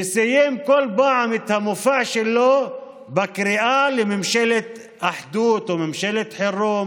וסיים כל פעם את המופע שלו בקריאה לממשלת אחדות או ממשלת חירום